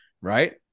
Right